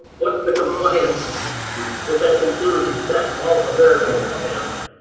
what's the compliance with that consumer's use tax mall of america example?